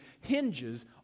hinges